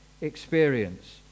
experience